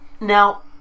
Now